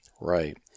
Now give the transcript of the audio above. Right